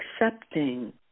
accepting